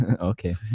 Okay